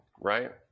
Right